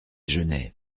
genêts